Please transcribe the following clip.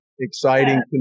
exciting